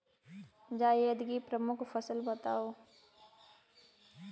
जायद की प्रमुख फसल बताओ